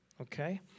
okay